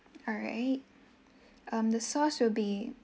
alright um the sauce will be